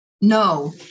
No